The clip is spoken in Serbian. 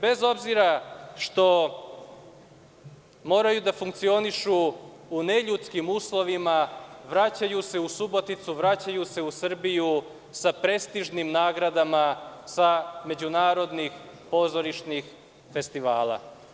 Bez obzira što moraju da funkcionišu u neljudskim uslovima, vraćaju se u Suboticu, vraćaju se u Srbiju, sa prestižnim nagradama sa međunarodnih pozorišnih festivala.